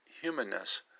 humanness